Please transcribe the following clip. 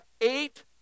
eight